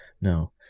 No